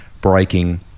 breaking